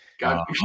God